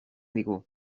digu